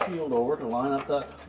shield over to line up that